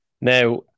Now